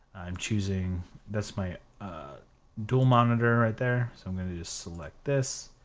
i'm choosing that's my dual monitor right there, so i'm gonna just select this